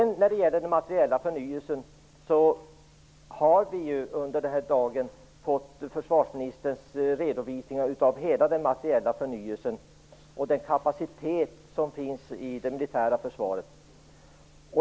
När det sedan gäller den materiella förnyelsen har vi ju i dag fått höra försvarsministerns redovisning av hela den materiella förnyelsen och den kapacitet som finns i det militära försvaret.